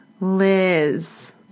Liz